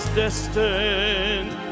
destined